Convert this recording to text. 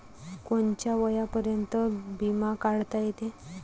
कोनच्या वयापर्यंत बिमा काढता येते?